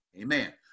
amen